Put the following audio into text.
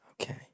Okay